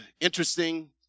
interesting